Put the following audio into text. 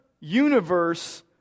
universe